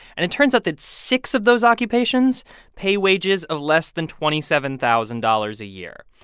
and it turns out that six of those occupations pay wages of less than twenty seven thousand dollars a year,